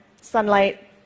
sunlight